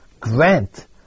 grant